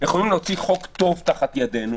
יכולים להוציא חוק טוב תחת ידינו,